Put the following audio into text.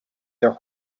their